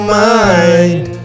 mind